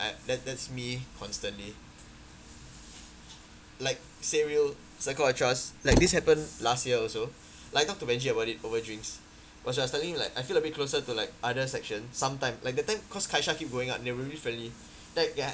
I that that's me constantly like say real cycle of trust like this happened last year also like not to mention about it over drinks was just telling you like I feel a bit closer to like other section sometime like the time because kaisha keep going out they're really friendly like